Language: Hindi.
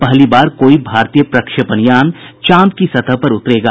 पहली बार कोई भारतीय प्रक्षेपण यान चांद की सतह पर उतरेगा